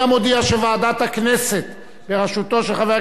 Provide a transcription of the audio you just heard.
הכנסת יריב לוין נתנה פטור מחובת הנחה,